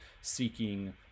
seeking